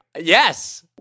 Yes